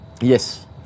Yes